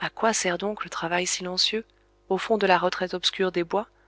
à quoi sert donc le travail silencieux au fond de la retraite obscure des bois